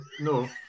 no